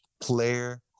player